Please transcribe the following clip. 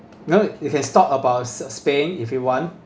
no you can talk about spain if you want